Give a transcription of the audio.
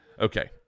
Okay